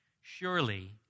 surely